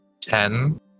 Ten